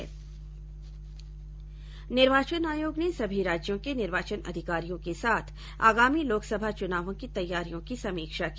निर्वाचन आयोग ने सभी राज्यों के निर्वाचन अधिकारियों के साथ आगामी लोकसभा चुनावों की तैयारियों की समीक्षा की